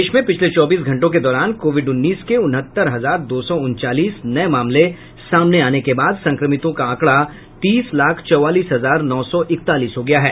देश में पिछले चौबीस घंटों के दौरान कोविड उन्नीस के उनहत्तर हजार दो सौ उनचालीस नए मामले सामने आने के बाद संक्रमितों का आंकडा तीस लाख चौवालीस हजार नौ सौ इकतालीस हो गया है